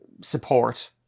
support